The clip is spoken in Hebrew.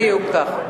בדיוק כך.